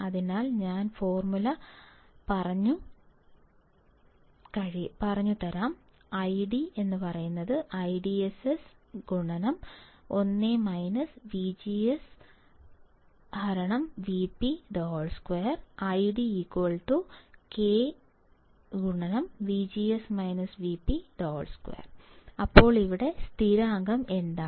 അതിനാൽ ഞാൻ ഫോർമുല അറിഞ്ഞുകഴിഞ്ഞാൽ ID IDSS 1 VGS Vp 2 ഒപ്പം ID K 2 അപ്പോൾ ഇവിടെ സ്ഥിരാങ്കം എന്താണ്